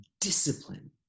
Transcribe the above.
discipline